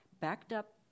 backed-up